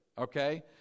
okay